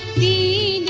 the